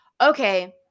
okay